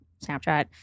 Snapchat